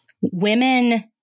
women